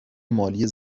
مالی